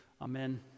amen